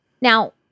Now